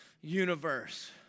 universe